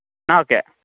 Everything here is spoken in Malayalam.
എന്നാൽ ഓക്കേ